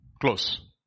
Close